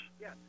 Yes